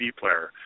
player